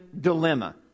dilemma